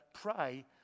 pray